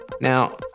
Now